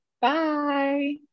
Bye